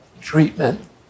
treatment